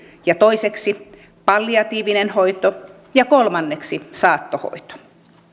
ja toiseksi palliatiivinen hoito ja kolmanneksi saattohoito